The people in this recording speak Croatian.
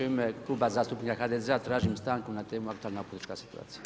U ime Kluba zastupnika HDZ-a tražim stanku na temu aktualna politička situacija.